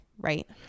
right